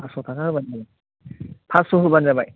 पासस' थाखा होबानो जाबाय पासस' होबानो जाबाय